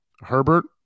Herbert